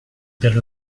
per